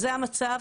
זה המצב,